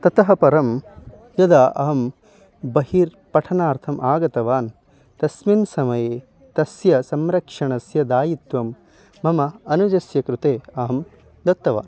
ततः परं यदा अहं बहिः पठनार्थम् आगतवान् तस्मिन् समये तस्य संरक्षणस्य दायित्वं मम अनुजस्य कृते अहं दत्तवान्